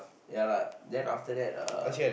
ya lah then after that uh